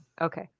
Okay